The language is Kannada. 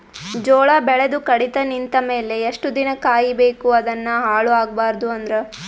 ಜೋಳ ಬೆಳೆದು ಕಡಿತ ನಿಂತ ಮೇಲೆ ಎಷ್ಟು ದಿನ ಕಾಯಿ ಬೇಕು ಅದನ್ನು ಹಾಳು ಆಗಬಾರದು ಅಂದ್ರ?